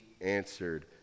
answered